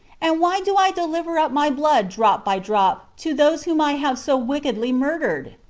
and why do i deliver up my blood drop by drop to those whom i have so wickedly murdered?